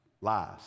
lies